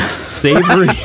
Savory